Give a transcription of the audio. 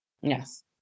Yes